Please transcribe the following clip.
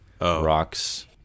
rocks